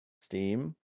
Steam